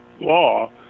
law